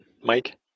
Mike